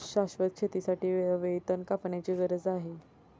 शाश्वत शेतीसाठी वेळोवेळी तण कापण्याची गरज आहे